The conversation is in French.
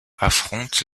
affronte